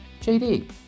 JD